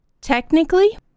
Technically